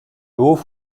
hauts